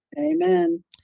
Amen